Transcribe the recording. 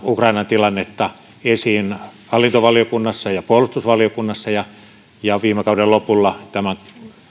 ukrainan tilannetta esiin hallintovaliokunnassa ja puolustusvaliokunnassa viime kauden lopulla ja myös tämän